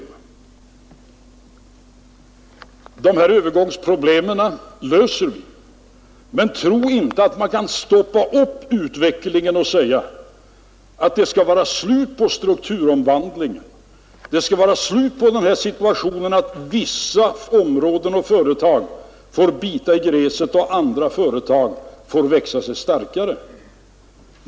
Vi söker lösa dessa övergångsproblem, men ingen skall tro att det är så enkelt att man kan stoppa utvecklingen och säga att det skall vara slut på strukturomvandlingen, det skall vara slut på den situationen att vissa områden och företag får bita i gräset medan andra företag får växa sig starkare.